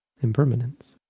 impermanence